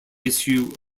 issue